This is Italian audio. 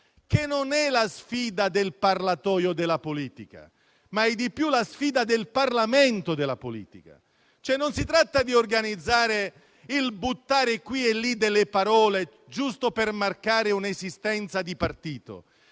che non è quella del "parlatoio" della politica, ma del Parlamento della politica. Non si tratta di organizzare il buttare qui e lì delle parole giusto per marcare un'esistenza di partito,